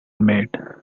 made